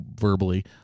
verbally